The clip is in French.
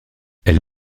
elle